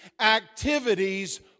activities